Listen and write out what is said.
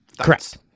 Correct